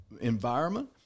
environment